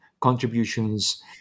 contributions